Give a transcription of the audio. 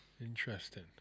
Interesting